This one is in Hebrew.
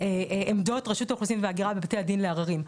עמדות רשות האוכלוסין וההגירה ובתי הדין לערערים,